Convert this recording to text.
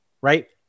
right